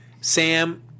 Sam